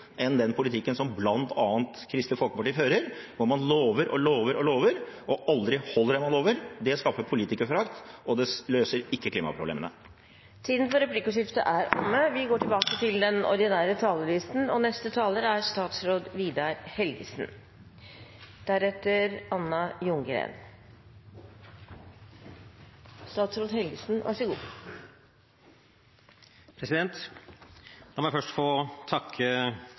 enn den politikken som bl.a. Kristelig Folkeparti fører, hvor man lover og lover og lover, og aldri holder det man lover. Det skaper politikerforakt, og det løser ikke klimaproblemene. Replikkordskiftet er omme. La meg først få